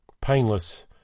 Painless